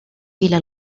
إلى